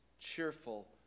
cheerful